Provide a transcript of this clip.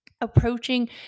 approaching